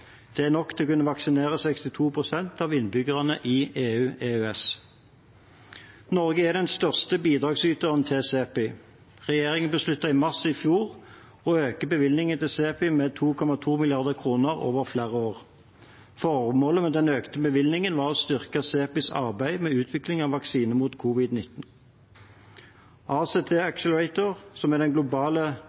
Det er nok til å kunne vaksinere 62 pst. av innbyggerne i EU og EØS. Norge er den største bidragsyteren til CEPI. Regjeringen besluttet i mars i fjor å øke bevilgningen til CEPI med 2,2 mrd. kr over flere år. Formålet med den økte bevilgningen var å styrke CEPIs arbeid med utvikling av vaksine mot covid-19. ACT-Accelerator, som er det globale